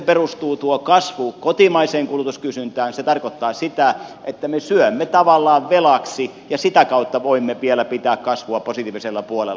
kun tuo kasvu perustuu kotimaiseen kulutuskysyntään se tarkoittaa sitä että me syömme tavallaan velaksi ja sitä kautta voimme vielä pitää kasvua positiivisella puolella